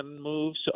moves